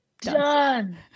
Done